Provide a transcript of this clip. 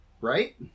right